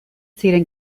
ziren